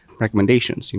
recommendations,